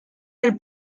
del